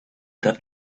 that